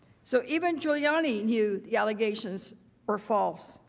so even giuliani knew the allegations were false.